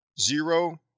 Zero